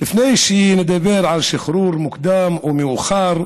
לפני שנדבר על שחרור מוקדם או מאוחר,